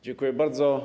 Dziękuję bardzo.